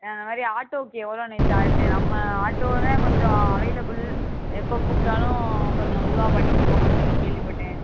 இந்த மாதிரி ஆட்டோவுக்கு எவ்வளோண்ணே சார்ஜு நம்ம ஆட்டோவிலதான் கொஞ்சம் அவைளபுல் எப்போ கூப்பிட்டாலும் கொஞ்சம் இதுவாக பண்ணிக் கொடுப்பாங்கன்னு சொல்லி கேள்விப்பட்டேன்